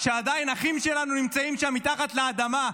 כשעדיין אחים שלנו נמצאים שם מתחת לאדמה.